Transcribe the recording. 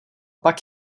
pak